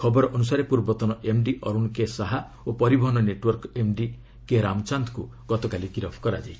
ଖବର ଅନୁସାରେ ପୂର୍ବତନ ଏମ୍ଡି ଅରୁଣ କେ ଶାହା ଓ ପରିବହନ ନେଟୱାର୍କ ଏମ୍ଡି କେ ରାମଚାନ୍ଦଙ୍କୁ ଗତକାଲି ଗିରଫ କରାଯାଇଛି